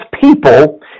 people